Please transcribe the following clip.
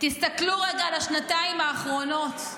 תסתכלו רגע על השנתיים האחרונות,